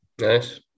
Nice